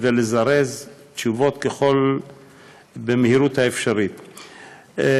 כדי לזרז תשובות, במהירות האפשרית.